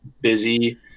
busy